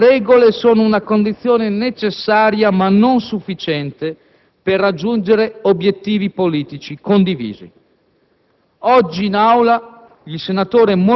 Buone regole sono una condizione necessaria ma non sufficiente per raggiungere obiettivi politici condivisi. Oggi in Aula